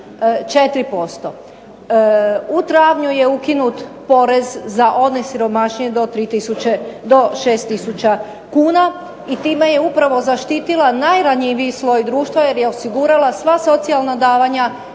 4%. U travnju je ukinut porez za one siromašnije do 6 tisuća kuna i time je upravo zaštitila najranjiviji sloj društva jer je osigurala sva socijalna davanja